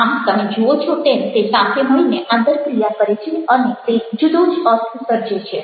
આમ તમે જુઓ છો તેમ તે સાથે મળીને આંતરક્રિયા કરે છે અને તે જુદો જ અર્થ સર્જે છે